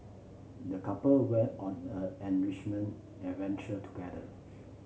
the couple went on a enrichment adventure together